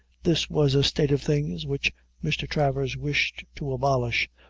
this was a state of things which mr. travers wished to abolish,